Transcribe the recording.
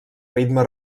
ritme